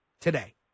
today